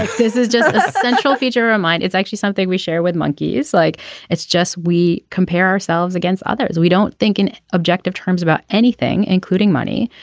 this is just a central feature of mine it's actually something we share with monkeys like it's just we compare ourselves against others we don't think in objective terms about anything including money.